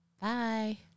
bye